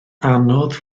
anodd